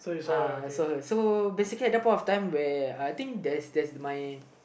uh I saw her so basically at that point of time where I think there's there's my